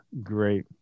great